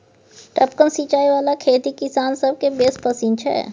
टपकन सिचाई बला खेती किसान सभकेँ बेस पसिन छै